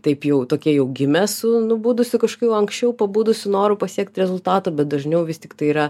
taip jau tokie jau gimę su nubudusiu kažkokiu anksčiau pabudusiu noru pasiekt rezultatą bet dažniau vis tiktai yra